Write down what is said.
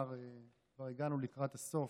כבר הגענו לקראת הסוף.